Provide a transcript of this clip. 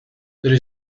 there